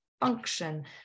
function